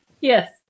Yes